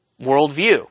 worldview